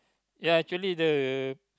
ya actually the